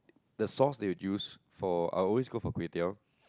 the sauce they would use for I would always go for kway-teow